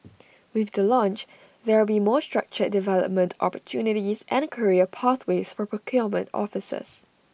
with the launch there will be more structured development opportunities and career pathways for procurement officers